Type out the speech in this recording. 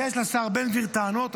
יש לשר בן גביר טענות.